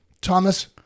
thomas